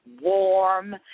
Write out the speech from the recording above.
warm